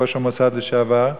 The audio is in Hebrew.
ראש המוסד לשעבר,